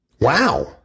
Wow